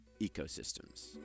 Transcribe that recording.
ecosystems